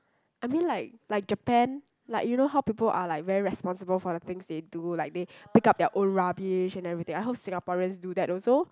I mean like like Japan like you know how people are like very responsible for the things they do like they pick up their own rubbish and everything I hope Singaporeans do that also